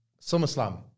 Summerslam